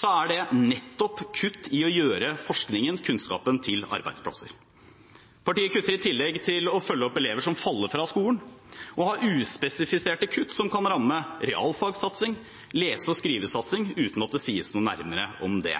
så er det nettopp kutt i det å gjøre forskningen – kunnskapen – til arbeidsplasser. Partiet kutter i tillegg til å følge opp elever som faller ut av skolen, og har uspesifiserte kutt som kan ramme realfagssatsing og lese- og skrivesatsing, uten at det sies noe nærmere om det.